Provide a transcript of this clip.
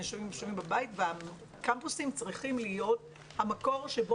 אנשים יושבים בבית והקמפוסים צריכים להיות המקור שבו